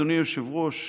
אדוני היושב-ראש,